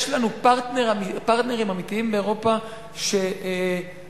יש לנו פרטנרים אמיתיים באירופה שמתלבטים,